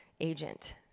agent